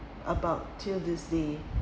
about till this day